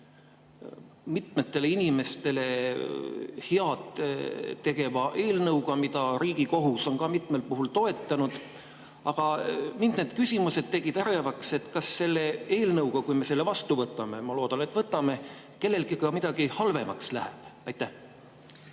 mitmetele inimestele head tegeva eelnõuga, [mille mõtet] Riigikohus on ka mitmel puhul toetanud. Aga mind tegid need küsimused ärevaks. Kas selle eelnõuga, kui me selle vastu võtame – ma loodan, et võtame – kellelgi ka midagi halvemaks läheb? Hea